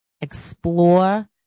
explore